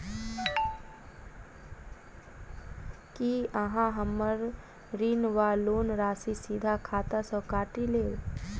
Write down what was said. की अहाँ हम्मर ऋण वा लोन राशि सीधा खाता सँ काटि लेबऽ?